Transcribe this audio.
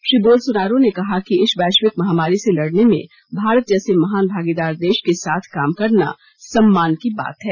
Shri Bolsonaro ने कहा कि इस वैश्विक महामारी से लड़ने में भारत जैसे महान भागीदार देश के साथ काम करना सम्मान की बात है